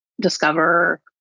Discover